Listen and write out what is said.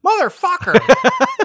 Motherfucker